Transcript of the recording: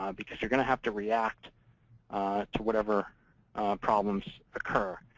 um because you're going to have to react to whatever problems occur.